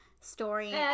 story